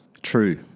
True